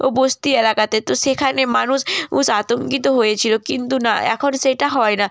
ও বসতি এলাকাতে তো সেখানে মানুষ আতঙ্কিত হয়েছিলো কিন্তু না এখন সেটা হয় না